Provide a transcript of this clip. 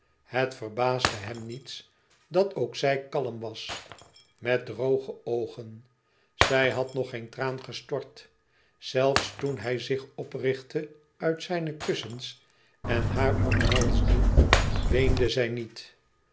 het verbaasde hem niets e ids aargang dat ook zij kalm was met drooge oogen zij had nog geen traan gestort zelfs toen hij zich oprichtte uit zijne kussens en haar omhelsde weende zij niet